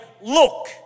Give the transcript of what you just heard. look